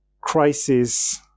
crisis